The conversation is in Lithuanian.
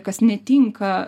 kas netinka